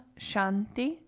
Shanti